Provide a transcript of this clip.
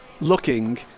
looking